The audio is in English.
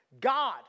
God